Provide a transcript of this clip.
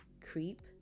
Creep